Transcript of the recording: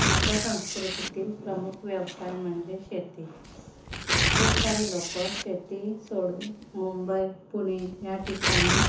आमच्या संस्कृतीतील प्रमुख व्यवसाय म्हणजे शेती खूप सारे लोक शेती सोडून मुंबई पुणे या ठिकाणी